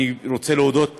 אני רוצה להודות גם,